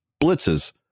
blitzes